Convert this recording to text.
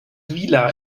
vila